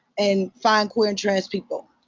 and find queer and trans people.